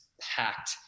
packed